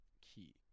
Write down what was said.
key